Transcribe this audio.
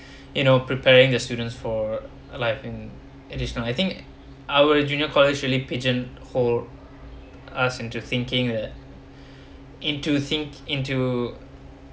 you know preparing the students for alive in additional I think our junior college really pigeon hole us into thinking that into thinki~ into